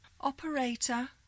Operator